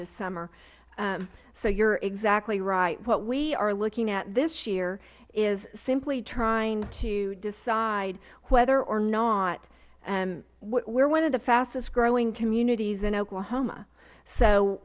this summer so you are exactly right what we are looking at this year is simply trying to decide whether or not we are one of the fastest growing communities in oklahoma so